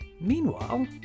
Meanwhile